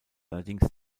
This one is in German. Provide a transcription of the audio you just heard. allerdings